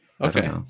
Okay